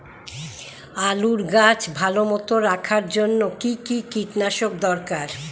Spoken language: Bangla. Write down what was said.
আলুর গাছ ভালো মতো রাখার জন্য কী কী কীটনাশক দরকার?